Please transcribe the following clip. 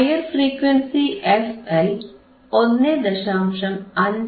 higher frequency fL 1